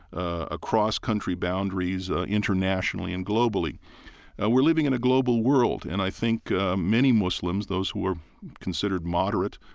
across country boundaries, internationally and globally we're living in a global world and i think many muslims, those who are considered moderate,